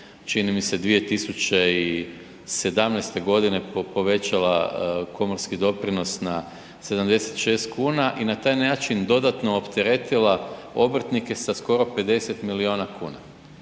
čini mi se 2017. godine povećala komorski doprinos na 76 kuna i na taj način dodatno opteretila obrtnike sa skoro 50 miliona kuna.